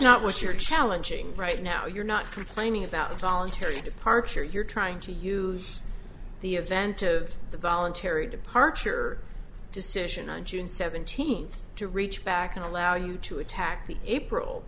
not what you're challenging right now you're not complaining about a voluntary departure you're trying to use the event of the voluntary departure decision on june seventeenth to reach back and allow you to attack the april